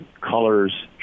colors